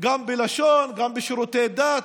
גם בלשון, גם בשירותי דת.